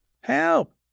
Help